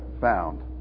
found